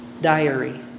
diary